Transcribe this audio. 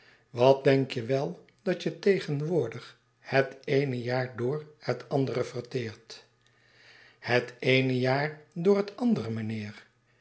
wat denk je wel dat je tegenwoordig het eene jaar door het andere verteert het eene jaar door het andere